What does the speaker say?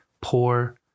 poor